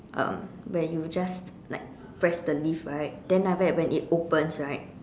um where you just like press the lift right then after that when it opens right